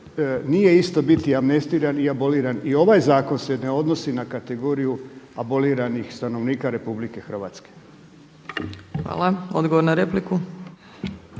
nije isto biti amnestiran i aboliran. I ovaj zakon se ne odnosi na kategoriju aboliranih stanovnika Republike Hrvatske. **Opačić,